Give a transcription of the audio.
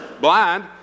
blind